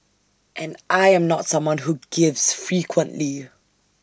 and I am not someone who gives frequently